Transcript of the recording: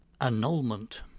annulment